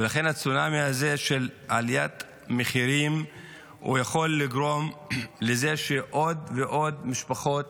ולכן הצונאמי הזה של עליית מחירים יכול לגרום לזה שעוד ועוד משפחות